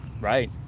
Right